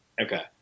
Okay